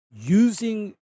using